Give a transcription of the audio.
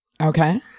Okay